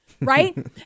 Right